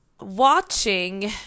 watching